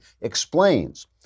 explains